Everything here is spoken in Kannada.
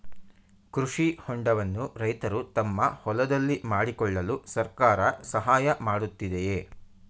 ಕೃಷಿ ಹೊಂಡವನ್ನು ರೈತರು ತಮ್ಮ ಹೊಲದಲ್ಲಿ ಮಾಡಿಕೊಳ್ಳಲು ಸರ್ಕಾರ ಸಹಾಯ ಮಾಡುತ್ತಿದೆಯೇ?